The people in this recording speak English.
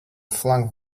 flung